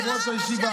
יושב-ראש הישיבה,